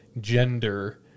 gender